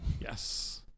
yes